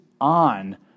on